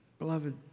Beloved